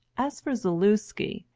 as for zaluski,